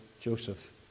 Joseph